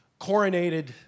coronated